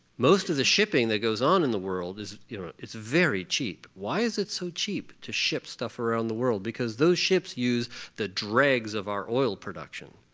most of the shipping that goes on in the world is, you know, very cheap. why is it so cheap to ship stuff around the world? because those ships use the dregs of our oil production,